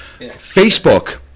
Facebook